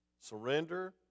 Surrender